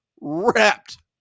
wrapped